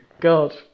god